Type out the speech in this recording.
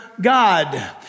God